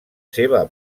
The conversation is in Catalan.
seva